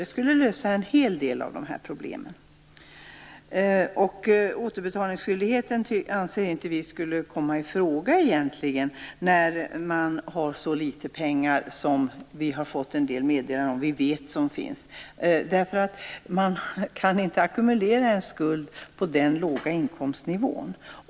Det skulle lösa en hel del av problemen. Vi anser att återbetalningsskyldighet inte skulle komma i fråga när man tjänar så litet pengar som en del pappor gör. Man kan inte ackumulera en skuld med den låga inkomstnivån.